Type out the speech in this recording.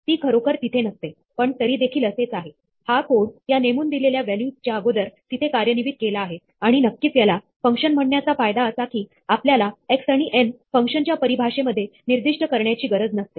ती खरोखर तिथे नसते पण तरी देखील असेच आहे हा कोड या नेमून दिलेल्या व्हॅल्यूज च्या अगोदर तिथे कार्यान्वित केला आहे आणि नक्कीच याला फंक्शन म्हणण्याचा फायदा असा की आपल्याला x आणि n फंक्शनच्या परीभाषेमध्ये निर्दिष्ट करण्याची गरज नसते